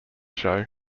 show